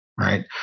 right